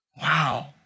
Wow